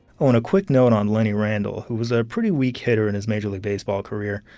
oh, and a quick note on lenny randle, who was a pretty weak hitter in his major league baseball career.